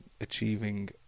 achieving